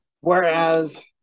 whereas